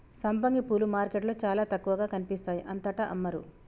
సంపంగి పూలు మార్కెట్లో చాల తక్కువగా కనిపిస్తాయి అంతటా అమ్మరు